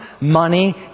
money